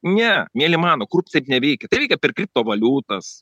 ne mieli mano korupcija taip neveika tai veikia per kriptovaliutas